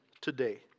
today